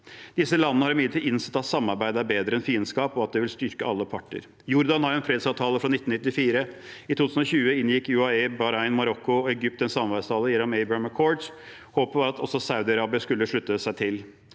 Disse landene har imidlertid innsett at samarbeid er bedre enn fiendskap, og at det vil styrke alle parter. Jordan har en fredsavtale fra 1994. I 2020 inngikk UAE, Bahrain, Marokko og Egypt en samarbeidsavtale, Abraham Accords. Håpet var at også Saudi-Arabia skulle slutte seg til.